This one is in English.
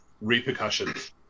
repercussions